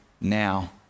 now